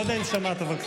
חבר הכנסת להב הרצנו.